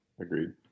Agreed